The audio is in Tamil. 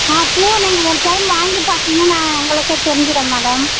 ஆ பூ நீங்கள் ஒரு டைம் வாங்கிப் பார்த்தீங்கன்னா உங்களுக்கே தெரிஞ்சுரும் மேடம்